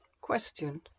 Question